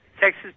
Texas